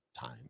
time